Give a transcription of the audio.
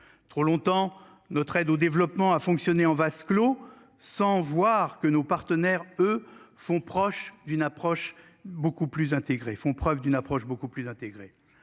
Trop longtemps notre aide au développement à fonctionner en vase clos, sans voir que nos partenaires eux font proche d'une approche beaucoup plus intégrés